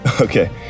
Okay